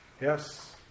Yes